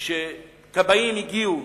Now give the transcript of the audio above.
שכבאים הגיעו